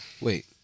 wait